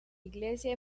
iglesia